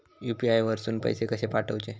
UPI वरसून पैसे कसे पाठवचे?